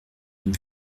une